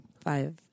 five